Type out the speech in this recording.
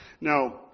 Now